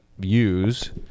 use